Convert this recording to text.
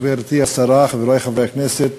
גברתי השרה, חברי חברי הכנסת,